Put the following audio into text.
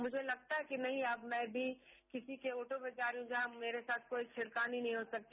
मुझे लगता है कि नहीं अब मैं भी किसी के ऑटो में जा रही हूं जहां मेरे साथ कोई छेड़खानी नहीं हो सकती